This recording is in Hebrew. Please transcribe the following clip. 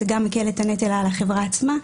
זה גם מקל את הנטל על החברה עצמה,